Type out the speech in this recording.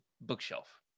bookshelf